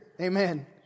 Amen